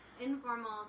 informal